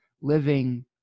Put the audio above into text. living